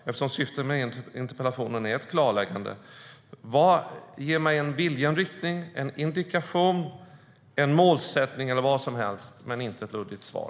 Eftersom syftet med interpellationen är ett klarläggande skulle jag därför vilja ha en viljeinriktning, en indikation, en målsättning eller vad som helst - men inte ett luddigt svar.